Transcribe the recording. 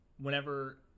whenever